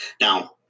Now